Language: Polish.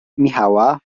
michała